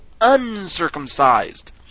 uncircumcised